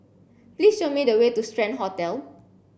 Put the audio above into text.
please show me the way to Strand Hotel